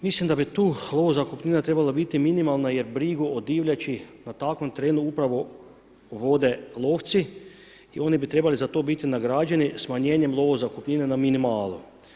Mislim da bi tu lovo zakupnina trebala biti minimalna jer brigu o divljači na takvom terenu upravo vode lovci i oni bi trebali za to biti nagrađeni smanjenjem lovo zakupnine na minimalu.